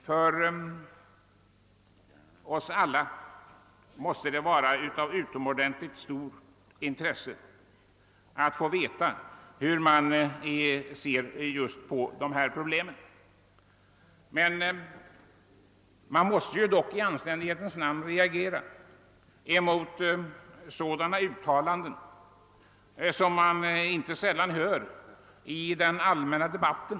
För oss alla är det av utomordentligt stort intresse att få veta hur man ser just på dessa problem. Vi måste i anständighetens namn reagera mot en del uttalanden som inte sällan förekommer i den allmänna debatten.